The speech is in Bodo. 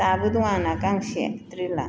दाबो दं आंना गांसे द्रिला